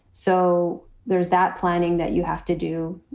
so there's that planning that you have to do,